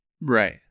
Right